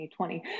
2020